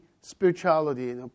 spirituality